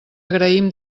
agraïm